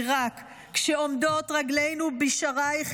כי רק כשעומדות רגלינו בשערייך,